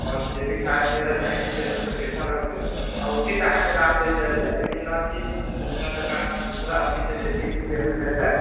आओर जे भी खाइ पिअले चाही से सबके पइसा लगतै आओर उचित अहाँके दाम लेल जेतै ई नहि कि दोसरा दोकान आओर दोसरा अथीसँ बेसी लेल जेतै